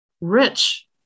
rich